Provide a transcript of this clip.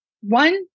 one